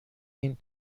این